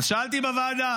שאלתי בוועדה: